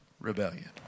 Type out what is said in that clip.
rebellion